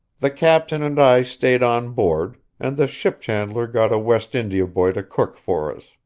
the captain and i stayed on board, and the ship-chandler got a west india boy to cook for us.